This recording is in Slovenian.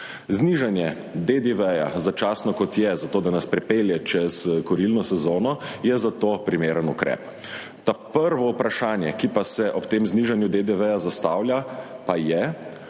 Znižanje DDV, začasno, kot je, za to da nas pripelje čez kurilno sezono, je zato primeren ukrep. Prvo vprašanje, ki pa se ob tem znižanju DDV zastavlja, pa je,